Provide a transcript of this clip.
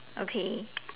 okay